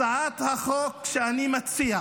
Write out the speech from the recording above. הצעת החוק שאני מציע,